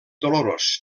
dolorós